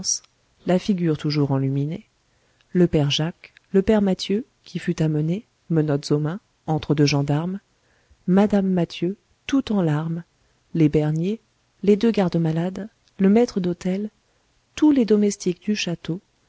la figure toujours enluminée le père jacques le père mathieu qui fut amené menottes aux mains entre deux gendarmes mme mathieu tout en larmes les bernier les deux gardesmalades le maître d'hôtel tous les domestiques du château